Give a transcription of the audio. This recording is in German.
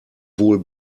wohl